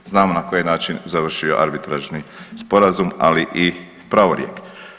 Znamo na koji je način završio Arbitražni sporazum, ali i pravorijek.